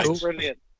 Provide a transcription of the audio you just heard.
Brilliant